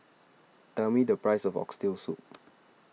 tell me the price of Oxtail Soup